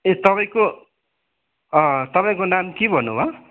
ए तपाईँको तपाईँको नाम के भन्नुभयो